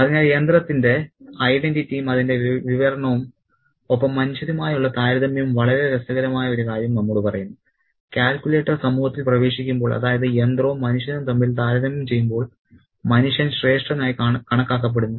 അതിനാൽ യന്ത്രത്തിന്റെ ഐഡന്റിറ്റിയും അതിന്റെ വിവരണവും ഒപ്പം മനുഷ്യരുമായുള്ള താരതമ്യവും വളരെ രസകരമായ ഒരു കാര്യം നമ്മോട് പറയുന്നു കാൽക്കുലേറ്റർ സമൂഹത്തിൽ പ്രവേശിക്കുമ്പോൾ അതായത് യന്ത്രവും മനുഷ്യനും തമ്മിൽ താരതമ്യം ചെയ്യുമ്പോൾ മനുഷ്യൻ ശ്രേഷ്ഠനായി കണക്കാക്കപ്പെടുന്നു